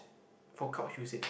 for couch usage